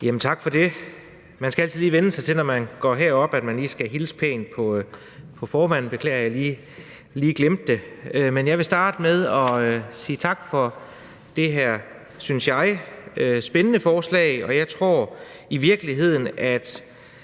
Tak for det. Man skal vænne sig til, når man går herop, at man lige skal hilse pænt på formanden; beklager, at jeg lige glemte det. Men jeg vil starte med at sige tak for det her, synes jeg, spændende forslag, og jeg tror i virkeligheden, at